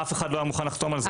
אף אחד לא היה מוכן לחתום על זה.